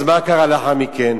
אז מה קרה לאחר מכן?